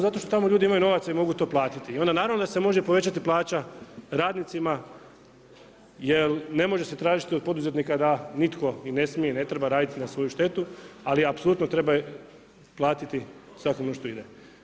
Zato što tamo ljudi imaju novaca i onda to mogu platiti i onda naravno da se može povećati plaća radnicima jel ne može se tražiti od poduzetnika da nitko ni ne smije i ne treba raditi na svoju štetu, ali apsolutno treba platiti svakom ono što ide.